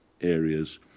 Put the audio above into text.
areas